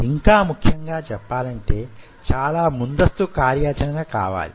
ఇంకా ముఖ్యంగా చెప్పాలంటే చాలా ముందస్తు కార్యాచరణ కావాలి